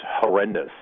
horrendous